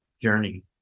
journey